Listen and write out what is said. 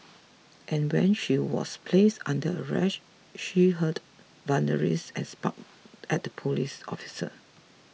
and when she was placed under arrest she hurled and spat at the police officers